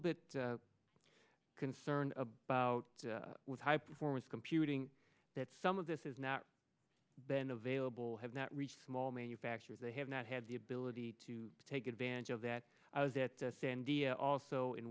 bit concerned about with high performance computing that some of this has not been available have not reached small manufacturers they have not had the ability to take advantage of that i was at sandia also in